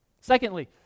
Secondly